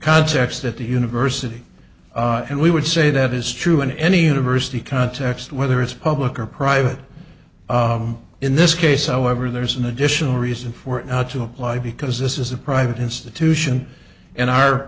context at the university and we would say that is true in any university context whether it's public or private in this case however there's an additional reason for it not to apply because this is a private institution in our